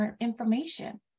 information